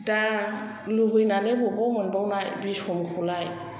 दा लुबैनानै बबाव मोनबावनाय बि समखौलाय